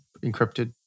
encrypted